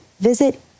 Visit